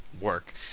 work